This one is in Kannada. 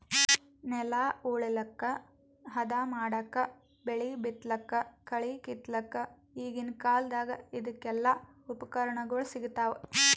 ನೆಲ ಉಳಲಕ್ಕ್ ಹದಾ ಮಾಡಕ್ಕಾ ಬೆಳಿ ಬಿತ್ತಲಕ್ಕ್ ಕಳಿ ಕಿತ್ತಲಕ್ಕ್ ಈಗಿನ್ ಕಾಲ್ದಗ್ ಇದಕೆಲ್ಲಾ ಉಪಕರಣಗೊಳ್ ಸಿಗ್ತಾವ್